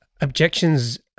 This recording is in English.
objections